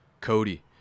Cody